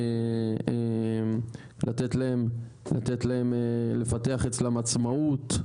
לתת להם לפתח אצלם עצמאות,